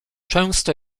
często